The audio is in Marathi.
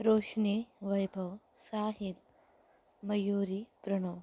रोशनी वैभव साहिल मयूरी प्रणव